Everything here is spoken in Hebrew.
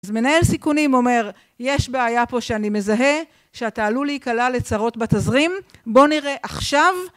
אז מנהל סיכונים אומר, יש בעיה פה שאני מזהה, שאתה עלול להיקלע לצרות בתזרים, בוא נראה עכשיו.